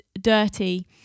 dirty